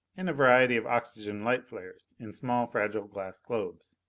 and a variety of oxygen light flares in small, fragile glass globes.